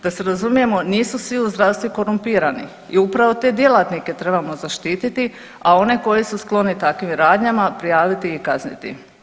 Da se razumijemo, nisu svi u zdravstvu korumpirani i upravo te djelatnike trebamo zaštititi, a one koji su skloni takvim radnjama prijaviti i kazniti.